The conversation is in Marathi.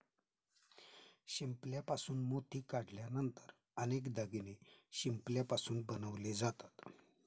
शिंपल्यापासून मोती काढल्यानंतर अनेक दागिने शिंपल्यापासून बनवले जातात